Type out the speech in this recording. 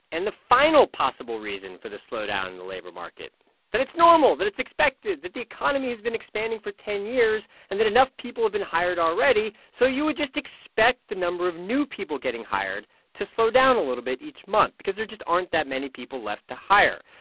and the final possible reason for the slowdown in the labor market that it's normal, that it's expected, that the economy has been expanding for ten years and that enough people have been hired already. so you would just expect the number of new people getting hired to slow down a little bit each month because there just aren't that many people left to hire.